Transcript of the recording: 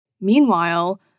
Meanwhile